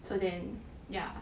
so then yeah